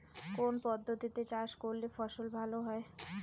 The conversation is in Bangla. কোন পদ্ধতিতে চাষ করলে ফসল ভালো হয়?